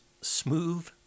smooth